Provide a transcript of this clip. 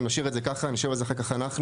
נשאיר את זה ככה ונשב על זה אחר כך אנחנו,